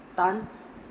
tan